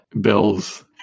bills